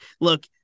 look